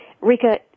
Rika